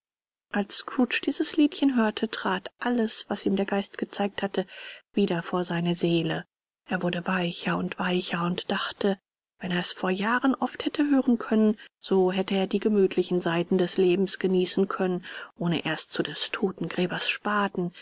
als scrooge dieses liedchen hörte trat alles was ihm der geist gezeigt hatte wieder vor seine seele er wurde weicher und weicher und dachte wenn er es vor jahren oft hätte hören können so hätte er die gemütlichen seiten des lebens genießen können ohne erst zu des totengräbers spaten